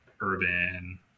urban